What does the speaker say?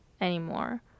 anymore